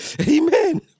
Amen